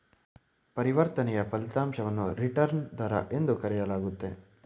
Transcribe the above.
ಪರಿವರ್ತನೆಯ ಫಲಿತಾಂಶವನ್ನು ರಿಟರ್ನ್ ದರ ಎಂದು ಕರೆಯಲಾಗುತ್ತೆ